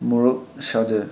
ꯃꯣꯔꯣꯛ ꯁꯥꯗꯦ